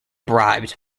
bribed